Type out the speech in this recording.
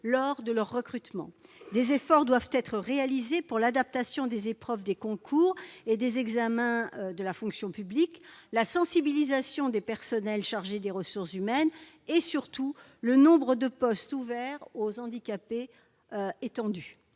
lors de leur recrutement. Des efforts doivent être réalisés pour l'adaptation des épreuves des concours et des examens de la fonction publique, comme pour la sensibilisation des personnels chargés des ressources humaines. Surtout, le nombre de postes ouverts aux handicapés doit